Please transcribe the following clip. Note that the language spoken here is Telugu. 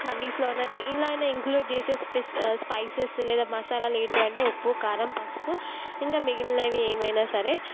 కర్రీస్లొ అయినా దేనిలో అయినా ఇంక్లూడ్ చేసే స్పెస్ స్పైసెస్ లేదా మసాలాలు ఎంటివంటే ఉప్పు కారం పసుపు ఇంకా మిగిలినవి ఏమైనా సరే